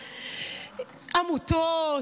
עמותות,